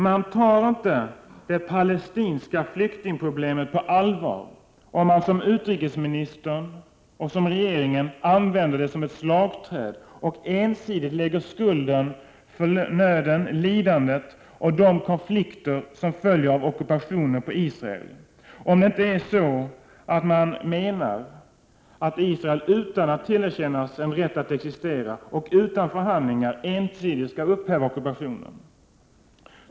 Man tar inte det palestinska flyktingproblemet på allvar om man, som utrikesministern och regeringen gör, använder det som ett slagträ och ensidigt lägger skulden för nöden, lidandet och de konflikter som följer av ockupationen på Israel — om det inte är så, att man menar att Israel, utan att tillerkännas sin rätt att existera och utan förhandlingar, ensidigt skall upphäva ockupationen.